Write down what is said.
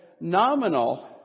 nominal